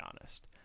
honest